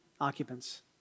Occupants